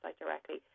directly